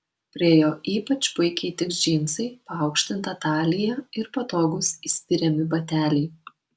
prie jo ypač puikiai tiks džinsai paaukštinta talija ir patogūs įspiriami bateliai